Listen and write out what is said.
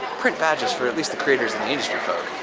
print badges for at least the creators and the industry folk.